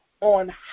on